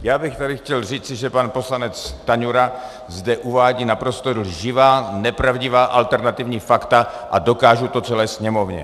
Já bych tady chtěl říci, že pan poslanec Stanjura zde uvádí naprosto lživá, nepravdivá alternativní fakta, a dokážu to celé Sněmovně.